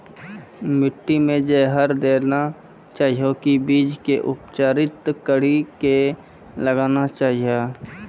माटी मे जहर देना चाहिए की बीज के उपचारित कड़ी के लगाना चाहिए?